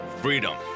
Freedom